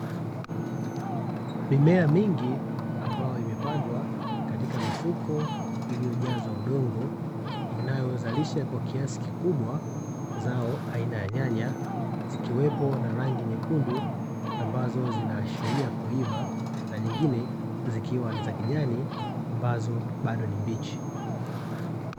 Mimea mingi ambayo imepandwa katika mifuko iliyojazwa udongo, inayozalisha kwa kiasi kikubwa zao aina ya nyanya zikiwepo na rangi nyekundu, ambazo zinaashiria kuimba na nyingine zikiwa ni za kijani ambazo bado ni mbichi.